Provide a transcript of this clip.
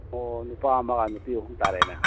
ꯑꯣ ꯅꯨꯄꯥ ꯑꯃꯒ ꯅꯨꯄꯤ ꯑꯍꯨꯝ ꯇꯥꯔꯦꯅꯦ